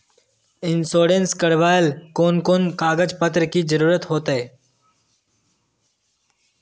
Insurance करावेल कोन कोन कागज पत्र की जरूरत होते?